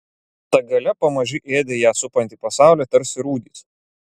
ta galia pamaži ėdė ją supantį pasaulį tarsi rūdys